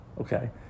okay